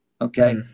okay